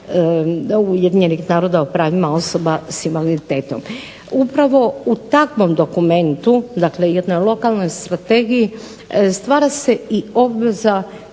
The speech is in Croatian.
na Konvenciju UN-a o pravima osoba s invaliditetom. Upravo u takvom dokumentu, dakle jednoj lokalnoj strategiji, stvara se i obveza